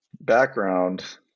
Background